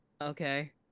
Okay